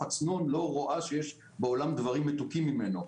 הצנון לא רואה שיש בעולם דברים מתוקים ממנו".